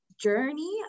journey